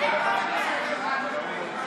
לא ראיתי יושב-ראש כמוך,